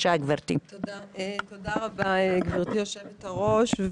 תודה רבה, גברתי יושבת הראש.